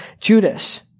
Judas